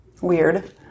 Weird